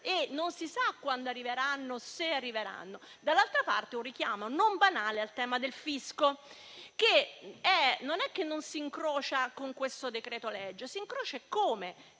e non si sa se e quando arriveranno. Dall'altra parte, vi è poi un richiamo non banale al tema del fisco, che non è che non si incroci con questo decreto-legge; si incrocia eccome,